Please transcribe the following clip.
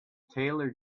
taylor